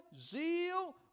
zeal